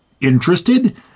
Interested